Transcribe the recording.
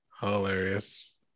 Hilarious